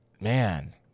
man